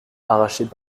arrachées